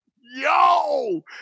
Yo